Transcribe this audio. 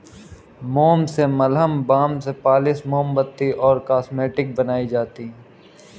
मोम से मलहम, बाम, पॉलिश, मोमबत्ती और कॉस्मेटिक्स बनाई जाती है